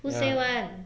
ya